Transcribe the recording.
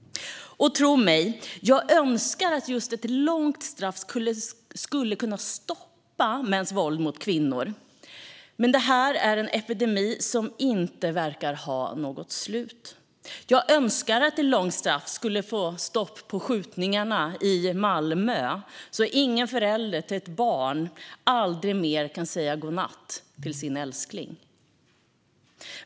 Tro mig: Jag önskar att just ett långt straff skulle kunna stoppa mäns våld mot kvinnor, men det här är en epidemi som inte verkar ha något slut. Jag önskar att ett långt straff skulle få stopp på skjutningarna i Malmö så att vi inte får fler föräldrar som aldrig mer kan säga godnatt till sin älskling på kvällen.